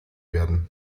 werden